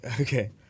Okay